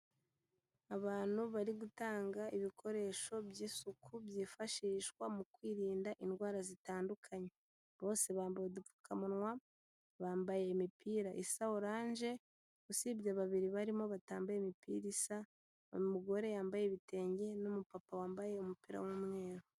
Abantu bari gutanga ibikoresho by'isuku byifashishwa mu kwirinda indwara zitandukanye, bose bambaye upfukamunwa, bambaye imipira isa oranje, usibye babiri barimo batambaye imipira isa, umugore yambaye ibitenge n'umupapa wambaye umupira w'umweru.